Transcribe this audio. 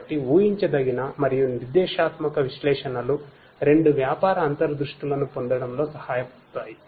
కాబట్టి ఉహించదగిన మరియు నిర్దేశాత్మక విశ్లేషణలు రెండూ వ్యాపార అంతర్దృష్టులను పొందడంలో సహాయపడతాయి